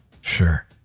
Sure